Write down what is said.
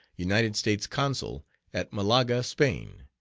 united states consul at malaga, spain,